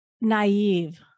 naive